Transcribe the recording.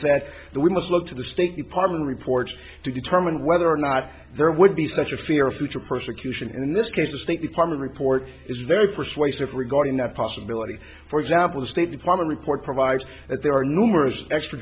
said that we must look to the state department reports to determine whether or not there would be such a fear of future persecution in this case the state department report is very persuasive regarding the possibility for example the state department report provides that there are numerous extra